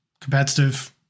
competitive